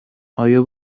آیا